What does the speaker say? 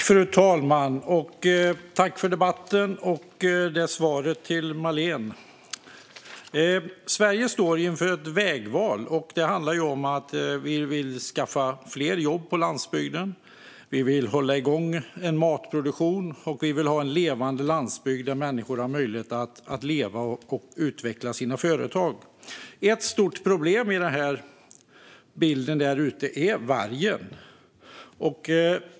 Fru talman! Tack, statsrådet, för debatten och svaret till Marléne! Sverige står inför ett vägval. Det handlar om att vi vill skaffa fler jobb på landsbygden, hålla igång en matproduktion och ha en levande landsbygd där människor har möjlighet att leva och att utveckla sina företag. Ett stort problem i bilden där ute är vargen.